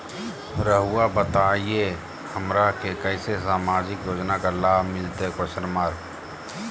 रहुआ बताइए हमरा के कैसे सामाजिक योजना का लाभ मिलते?